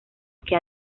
que